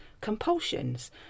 compulsions